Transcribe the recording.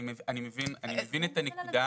אני מבין את הנקודה,